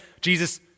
Jesus